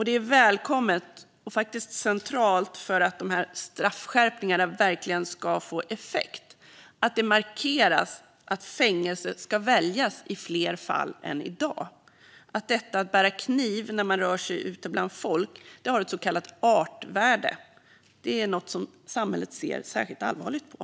Det är välkommet och centralt för att straffskärpningarna verkligen ska få effekt att det markeras att fängelse ska väljas i fler fall än i dag och att detta att bära kniv när man rör sig ute bland folk har ett så kallat artvärde, alltså att det är något som samhället ser särskilt allvarligt på.